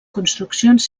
construccions